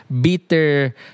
bitter